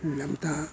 ꯂꯝꯇꯥ